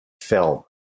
film